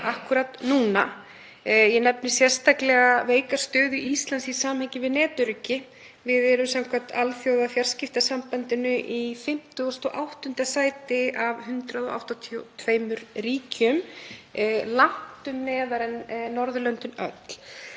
akkúrat núna. Ég nefni sérstaklega veika stöðu Íslands í samhengi við netöryggi. Við erum samkvæmt Alþjóðafjarskiptasambandinu í 58. sæti af 182 ríkjum, langtum neðar en Norðurlöndin öll.